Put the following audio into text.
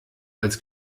als